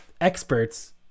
experts